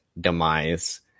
demise